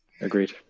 agreed